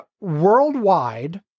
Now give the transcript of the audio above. Worldwide